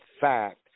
fact